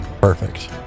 Perfect